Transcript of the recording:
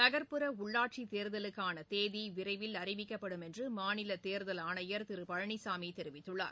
நகர்ப்புற உள்ளாட்சித் தேர்தலுக்கான தேதி விரைவில் அறிவிக்கப்படும் என்று மாநில தேர்தல் ஆணையர் திரு பழனிசாமி தெரிவித்துள்ளார்